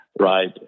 right